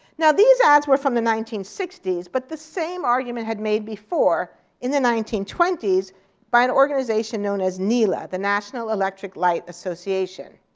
now, these ads were from the nineteen sixty s but the same argument had made before in the nineteen twenty s by an organization known as nela, the national electric light association.